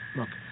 look